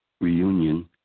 reunion